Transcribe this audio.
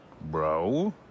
bro